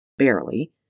barely